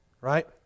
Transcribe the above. Right